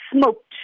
smoked